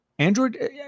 Android